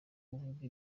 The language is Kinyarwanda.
uvuga